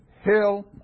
hill